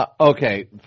Okay